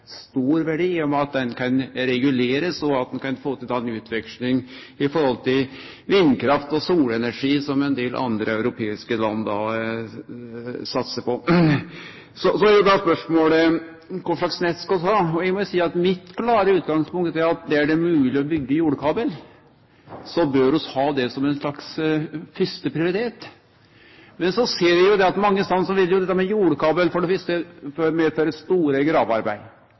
kan få til ei utveksling i forhold til vindkraft og solenergi, som ein del andre europeiske land satsar på. Så er da spørsmålet: Kva for slags nett skal vi ha? Mitt klare utgangspunkt er at der det er mogleg å byggje jordkabel, bør vi ha det som ein slags fyrste prioritet. Men eg ser jo at mange stader vil dette med jordkabel for det fyrste medføre store